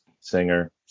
singer